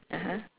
(uh huh)